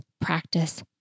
practice